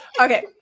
Okay